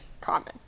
common